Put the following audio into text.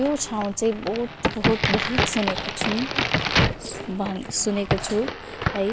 त्यो ठाउँ चाहिँ बहुत बहुत बहुत सुनेको छु भन् सुनेको छु है